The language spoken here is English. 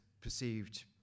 perceived